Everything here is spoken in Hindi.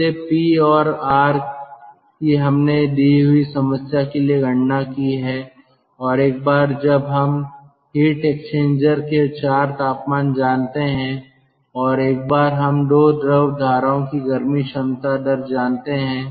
इसलिए पी और आर की हमने दी हुई समस्या के लिए गणना की है एक बार जब हम हीट एक्सचेंजर के चार तापमान जानते हैं और एक बार हम दो द्रव धाराओं की गर्मी क्षमता दर जानते हैं